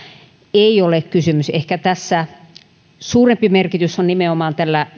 ei ole kysymys ehkä suurempi merkitys on nimenomaan tällä